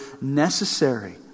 necessary